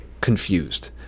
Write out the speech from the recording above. confused